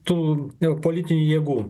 tų politinių jėgų